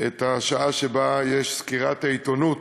את השעה שבה יש סקירת עיתונות.